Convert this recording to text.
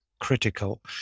Critical